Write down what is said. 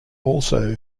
also